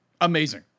Amazing